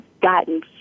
gotten